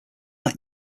that